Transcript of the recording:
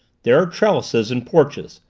there are trellises and porches.